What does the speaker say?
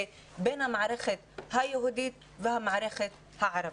בין המערכת היהודית והמערכת הערבית.